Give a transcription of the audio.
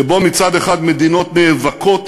שבו מצד אחד מדינות נאבקות